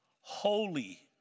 holy